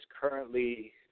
currently